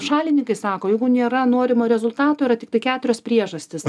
šalininkai sako jeigu nėra norimo rezultato yra tiktai keturios priežastys